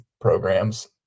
programs